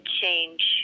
change